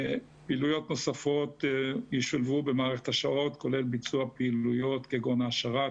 פעילויות נוספות ישולבו במערכת השעות כולל ביצוע פעילויות כגון העשרה,